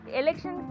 election